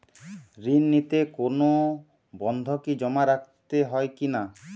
ঋণ নিতে কোনো বন্ধকি জমা রাখতে হয় কিনা?